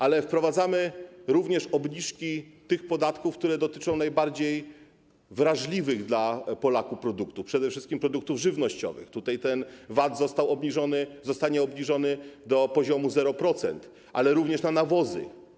Ale wprowadzamy również obniżki tych podatków, które dotyczą najbardziej wrażliwych dla Polaków produktów, przede wszystkich produktów żywnościowych - tutaj ten VAT zostanie obniżony do poziomu 0% - ale także nawozów.